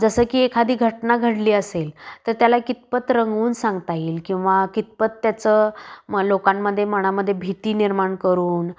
जसं की एखादी घटना घडली असेल तर त्याला कितपत रंगवून सांगता येईल किंवा कितपत त्याचं मग लोकांमध्ये मनामध्ये भीती निर्माण करून